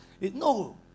No